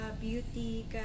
beauty